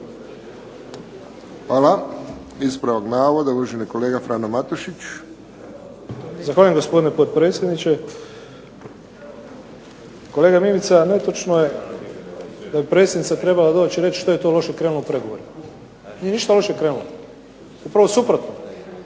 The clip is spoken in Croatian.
Hvala. Ispravak navoda, uvaženi kolega Frano Matušić. **Matušić, Frano (HDZ)** Zahvaljujem gospodine potpredsjedniče. Kolega Mimica netočno je da je predsjednica trebala doći i reći što je to loše krenulo u pregovorima. Nije ništa loše krenulo, upravo suprotno.